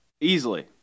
Easily